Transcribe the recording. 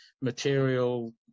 material